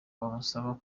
bamusaba